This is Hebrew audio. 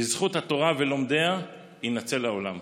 בזכות התורה ולומדיה יינצל העולם.